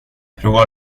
prova